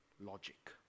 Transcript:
logic